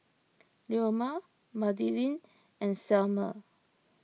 Leoma Madilyn and Selmer